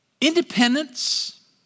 independence